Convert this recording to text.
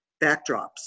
backdrops